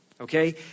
Okay